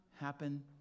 happen